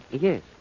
Yes